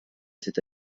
cet